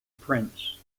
prince